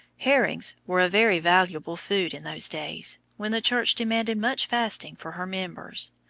herrings were a very valuable food in those days, when the church demanded much fasting for her members.